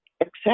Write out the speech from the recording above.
accept